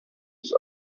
life